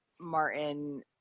Martin